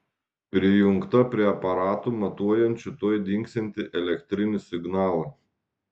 prijungta prie aparatų matuojančių tuoj dingsiantį elektrinį signalą